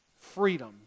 freedom